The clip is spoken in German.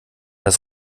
das